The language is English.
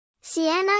Sienna